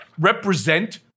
represent